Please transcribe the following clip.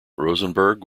rosenberg